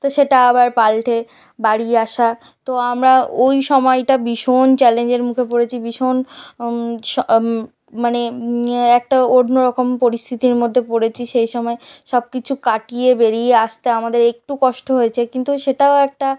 তো সেটা আবার পাল্টে বাড়ি আসা তো আমরা ওই সময়টা ভীষণ চ্যালেঞ্জের মুখে পড়েছি ভীষণ স মানে একটা অন্য রকম পরিস্থিতির মধ্যে পড়েছি সেই সময় সব কিছু কাটিয়ে বেরিয়ে আসতে আমাদের একটু কষ্ট হয়েছে কিন্তু সেটাও একটা